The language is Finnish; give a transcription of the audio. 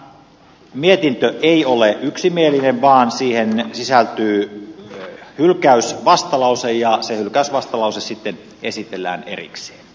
tämä mietintö ei ole yksimielinen vaan siihen sisältyy hylkäysvastalause ja se hylkäysvastalause sitten esitellään erikseen